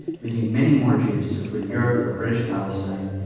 leading many more jews to flee europe for british palestine,